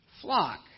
flock